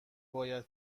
باید